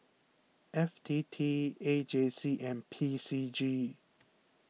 F T T A J C and P C G